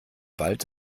wald